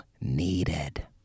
needed